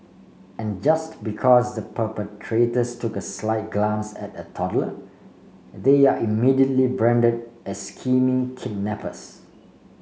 and just because the perpetrators took a slight glance at a toddler they are immediately branded as scheming kidnappers